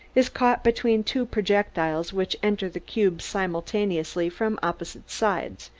is caught between two projectiles which enter the cube simultaneously from opposite sides,